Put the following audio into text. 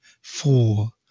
four